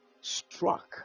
struck